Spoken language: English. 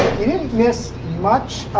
you didn't miss much,